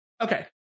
Okay